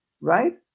right